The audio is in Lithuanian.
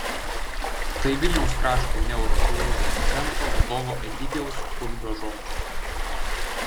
tai vilniaus krašto neurochirurgijos centro vadovo egidijaus klumbio žodžiai